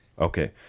Okay